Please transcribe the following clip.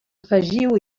afegiu